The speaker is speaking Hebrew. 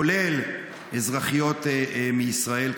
כולל אזרחיות מישראל,